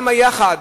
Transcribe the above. יחד